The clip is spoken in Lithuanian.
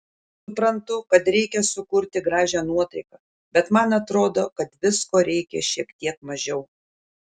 suprantu kad reikia sukurti gražią nuotaiką bet man atrodo kad visko reikia šiek tiek mažiau